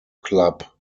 club